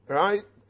right